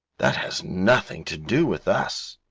that has nothing to do with us.